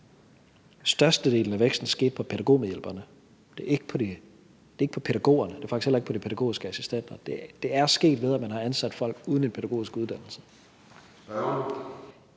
størstedelen af væksten skete på pædagogmedhjælperne. Det er ikke på pædagogerne, og det er faktisk heller ikke på de pædagogiske assistenter. Det er sket, ved at man har ansat folk uden en pædagogisk uddannelse.